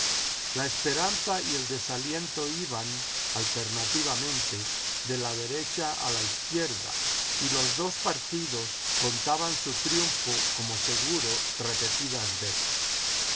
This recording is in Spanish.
la esperanza y el desaliento iban alternativamente de la derecha a la izquierda y los dos partidos contaban su triunfo como seguro repetidas veces